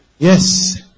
Yes